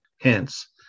hence